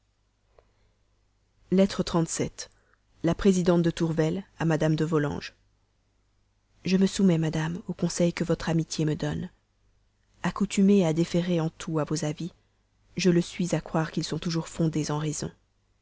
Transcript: lettre xvii la présidente tourvel à madame de volanges je me soumets madame aux conseils que votre amitié me donne accoutumée à déférer en tout à vos avis je le suis à croire qu'ils sont toujours fondés en raison